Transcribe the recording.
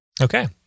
Okay